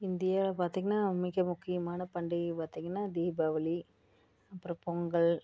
India பார்த்திங்கன்னா மிக முக்கியமான பண்டிகை பார்த்திங்கன்னா தீபாவளி அப்புறம் பொங்கல்